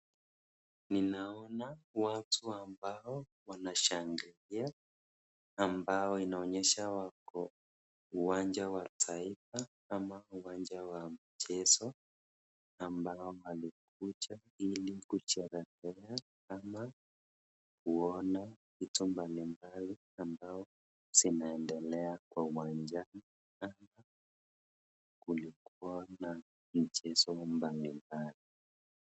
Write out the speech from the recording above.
Nina ona watu ambao wanashangilia ambao inaonyesha wako uwanja wa taifa ama uwanja wa michezo ambao walikuja ili kusherekea ambao kuona vitu mbali mbali ambao zinaendelea kwa uwanjani. Kulikua na mchezo mbali mbali.